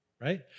right